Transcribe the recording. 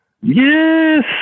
Yes